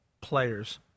players